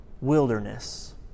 wilderness